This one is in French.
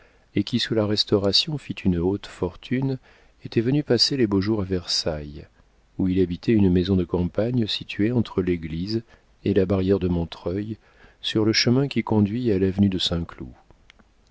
et qui sous la restauration fit une haute fortune était venu passer les beaux jours à versailles où il habitait une maison de campagne située entre l'église et la barrière de montreuil sur le chemin qui conduit à l'avenue de saint-cloud